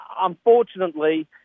unfortunately